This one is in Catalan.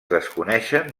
desconeixen